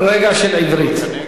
רגע של עברית.